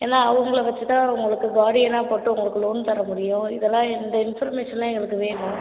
ஏனால் அவங்கள வச்சுதான் உங்களுக்கு கார்டியனாக போட்டு உங்களுக்கு லோன் தர முடியும் இதெல்லாம் இந்த இன்ஃபர்மேஷன்லாம் எங்களுக்கு வேணும்